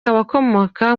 agakomoka